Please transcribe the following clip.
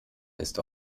ist